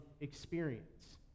experience